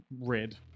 red